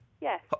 Yes